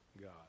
God